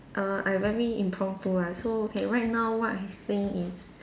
err I very impromptu one so okay right now what I saying is